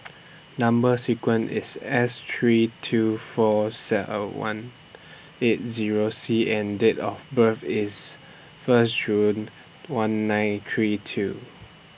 Number sequence IS S three two seven four one eight Zero C and Date of birth IS First June one nine three two